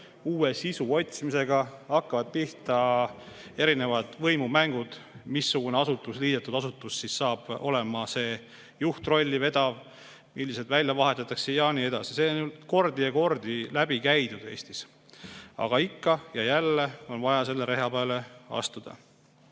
uue sisu otsimisega, hakkavad pihta erinevad võimumängud, missugune liidetud asutus saab olema juhtrolli vedav, millised välja vahetatakse ja nii edasi. See on kordi ja kordi läbi käidud Eestis. Aga ikka ja jälle on vaja selle reha peale astuda! Nüüd,